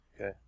Okay